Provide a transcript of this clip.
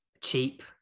cheap